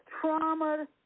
Trauma